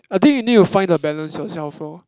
I think you need to find the balance yourself lor